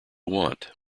want